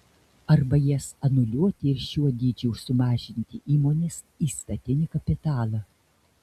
arba jas anuliuoti ir šiuo dydžiu sumažinti įmonės įstatinį kapitalą